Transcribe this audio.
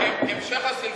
(הישיבה נפסקה בשעה 17:00